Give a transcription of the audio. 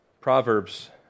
Proverbs